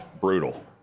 brutal